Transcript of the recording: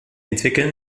entwickeln